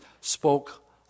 spoke